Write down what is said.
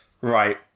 Right